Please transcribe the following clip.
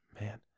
man